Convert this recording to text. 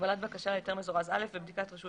"3ב.קבלת בקשה להיתר מזורז א' ובדיקת רשות